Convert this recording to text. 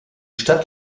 stadt